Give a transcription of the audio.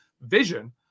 vision